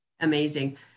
amazing